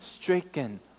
stricken